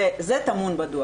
וזה טמון בדוח.